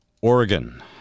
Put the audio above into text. Oregon